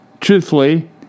Truthfully